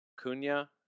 Cunha